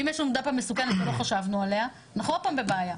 ואם יש לנו דפא מסוכנת ולא חשבנו עליה אנחנו עוד פעם בבעיה.